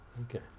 okay